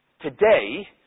today